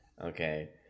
Okay